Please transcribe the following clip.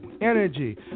energy